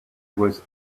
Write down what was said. was